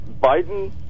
Biden